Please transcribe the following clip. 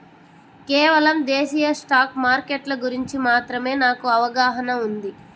కేవలం దేశీయ స్టాక్ మార్కెట్ల గురించి మాత్రమే నాకు అవగాహనా ఉంది